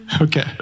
okay